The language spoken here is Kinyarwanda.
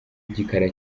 igikara